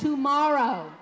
tomorrow